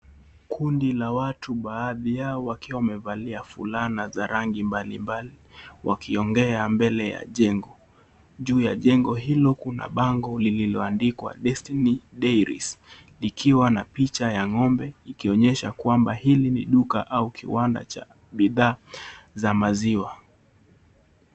Kundi za watu, baadhi yao wakiwa wamevalia fulana za rangi mbalimbali wakiongea mbele ya jengo. Juu ya jengo hilo kuna bango lililoandikwa Destiny Dairies likiwa na picha ya ng'ombe ikionyesha kwamba hili ni duka au kiwanda cha bidhaa za maziwa.